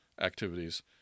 activities